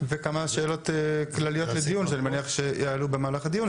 וכמה שאלות לדיון שאני מניח שיעלו במהלך הדיון,